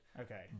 Okay